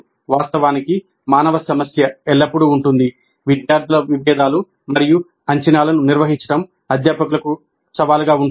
వాస్తవానికి మానవ సమస్య ఎల్లప్పుడూ ఉంటుంది విద్యార్థుల విభేదాలు మరియు అంచనాలను నిర్వహించడం అధ్యాపకులకు సవాలుగా ఉంటుంది